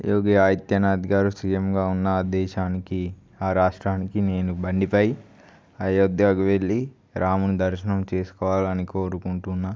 యోగి ఆదిత్యనాథ్ గారు సీయంగా ఉన్న ఆ దేశానికి ఆ రాష్ట్రానికి నేను బండిపై అయోధ్యాకి వెళ్ళి రాముని దర్శనం చేసుకోవాలని కోరుకుంటున్నా